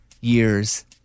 years